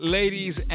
ladies